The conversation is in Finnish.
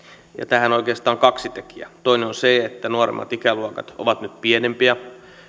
taakka tähän on oikeastaan kaksi tekijää toinen on se että nuoremmat ikäluokat ovat nyt pienempiä